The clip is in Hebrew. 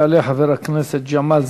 אני עדיין מקווה שתשכילו לחזור בכם.